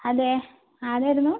അതേ ആരായിരുന്നു